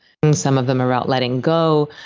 and some of them are about letting go.